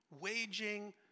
Waging